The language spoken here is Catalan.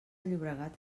llobregat